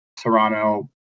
toronto